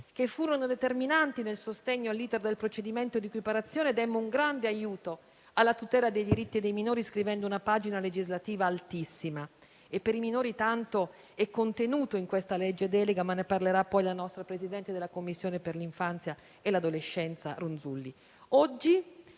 che furono determinanti nel sostegno all'*iter* del procedimento di equiparazione, demmo un grande aiuto alla tutela dei diritti dei minori, scrivendo una pagina legislativa altissima. Per i minori tanto è contenuto in questa legge delega, ma ne parlerà poi il Presidente della Commissione per l'infanzia e l'adolescenza, senatrice